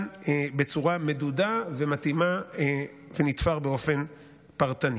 בצורה מדודה ומתאימה ונתפר באופן פרטני.